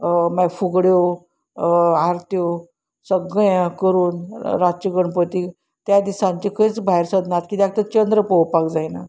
मागीर फुगड्यो आरत्यो सगळें करून रातचें गणपतीक त्या दिसांचे खंयच भायर सरना कित्याक तर चंद्र पळोवपाक जायना